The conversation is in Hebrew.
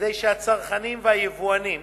כדי שהצרכנים והיבואנים